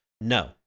No